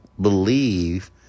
believe